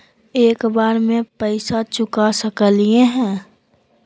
एक बार में पैसा चुका सकालिए है?